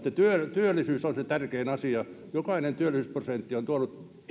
työllisyys on se tärkein asia jokainen työllisyysprosentti on tuonut